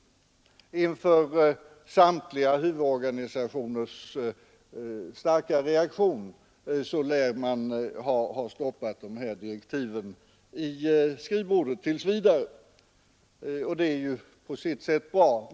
Inför samtliga huvudorganisationers starka reaktion lär man ha stoppat de här direktiven i skrivbordslådan tills vidare, och det är på sitt sätt bra.